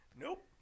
Nope